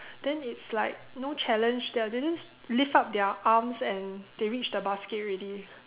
then it's like no challenge they are just lift up their arms and they reach the basket already